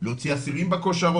יש חלק מהאנשים שנמצאים בזום.